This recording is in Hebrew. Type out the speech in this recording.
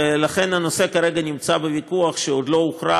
ולכן הנושא כרגע נמצא בוויכוח שעוד לא הוכרע